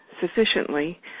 sufficiently